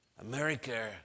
America